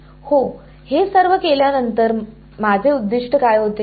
हो हे सर्व केल्या नंतर माझे उद्दीष्ट काय होते